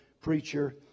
Preacher